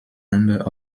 number